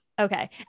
Okay